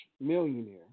millionaire